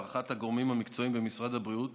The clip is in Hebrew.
הערכת הגורמים המקצועיים במשרד הבריאות